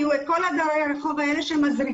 יהיו את כל דיירי הרחוב האלה שמזריקים.